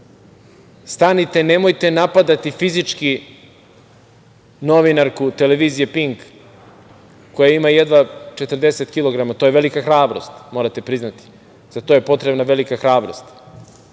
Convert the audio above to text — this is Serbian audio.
Stanite, nemojte napadati fizički novinarku TV „Pink“ koja ima jedva 40 kilograma“. To je velika hrabrost, morate priznati. Za to je potrebna velika hrabrost.